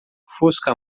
fusca